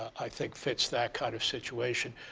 i think fits that kind of situation.